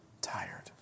tired